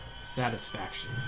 satisfaction